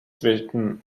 written